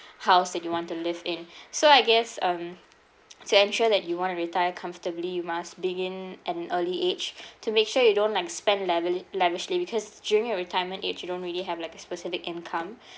house that you want to live in so I guess um to ensure that you want to retire comfortably you must begin at an early age to make sure you don't like spend lavil~ lavishly because during your retirement age you don't really have like a specific income